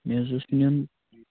مےٚ حظ اوس نیُن